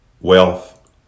wealth